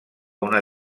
una